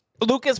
Lucas